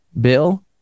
bill